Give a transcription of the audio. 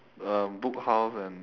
a book house and